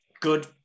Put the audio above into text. good